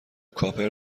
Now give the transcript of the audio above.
کاپر